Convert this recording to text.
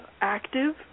active